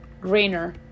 Greener